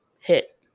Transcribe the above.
hit